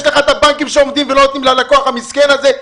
יש לך את הבנקים שעומדים ולא נותנים ללקוח המסכן הזה,